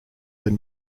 than